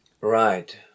Right